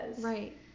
Right